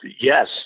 yes